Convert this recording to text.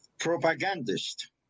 propagandist